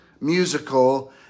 musical